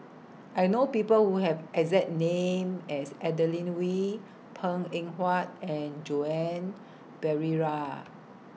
I know People Who Have exact name as Adeline Wii Png Eng Huat and Joan Pereira